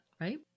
right